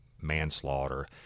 manslaughter